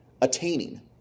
attaining